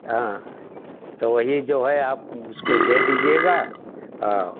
हाँ तो वही जो है आप उसको दे दीजिएगा आ